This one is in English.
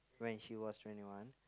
when she was twenty one